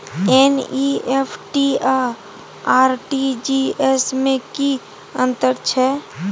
NEFT आ RTGS में की अन्तर छै?